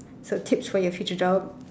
so tips for your future job